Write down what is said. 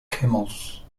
camels